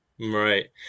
Right